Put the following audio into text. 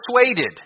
persuaded